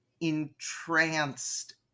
entranced